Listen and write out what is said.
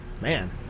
Man